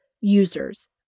Users